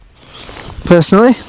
Personally